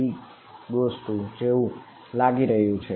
AB જેવું લાગી રહ્યું છે